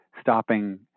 stopping